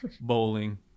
Bowling